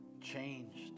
changed